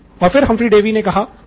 और फिर Humphry Davy ने कहा हाँ